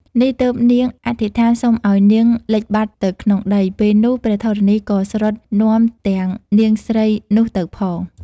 នេះទើបនាងអធិដ្ឋានសុំឲ្យនាងលិចបាត់ទៅក្នុងដី ពេលនោះ ព្រះធរណីក៏ស្រុតនាំទាំងនាងស្រីនោះទៅផង។